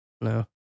No